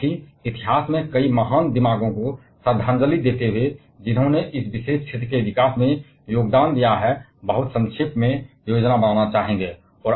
और साथ ही इतिहास में बहुत संक्षेप में योजना बनाना चाहते हैं इस महान क्षेत्र के विकास में योगदान देने वाले कई महान दिमागों को श्रद्धांजलि देते हुए